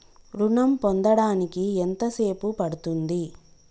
ఋణం పొందడానికి ఎంత సేపు పడ్తుంది?